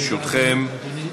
ברשותכם,